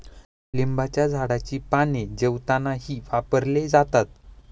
लिंबाच्या झाडाची पाने जेवणातही वापरले जातात